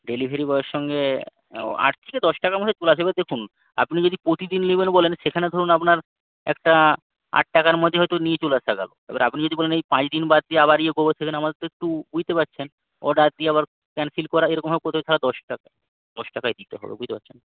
delivery বয়ের সঙ্গে আট থেকে দশ টাকার মধ্যে চলে আসে এবার দেখুন আপনি যদি প্রতিদিন নেবেন বলেন সেখানে ধরুন আপনার একটা আট টাকার মধ্যে হয়তো নিয়ে চলে আসা গেল এবার আপনি যদি বলেন এই পাঁচদিন বাদ দিয়ে আবার ইয়ে করবো সেখানে আমাদের তো একটু বুঝতে পারছেন অর্ডার দিয়ে আবার ক্যানসেল করা এরকমভাবে করে থাকলে দশ টাকা দশ টাকায় দিতে হবে বুঝতে পারছেন